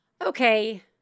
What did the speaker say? Okay